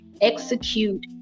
execute